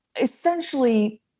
essentially